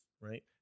right